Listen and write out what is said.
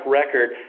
record